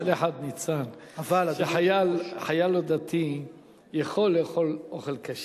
ניצן, חייל לא דתי יכול לאכול אוכל כשר,